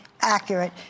accurate